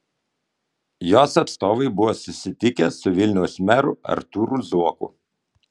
jos atstovai buvo susitikę su vilniaus meru artūru zuoku